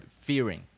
fearing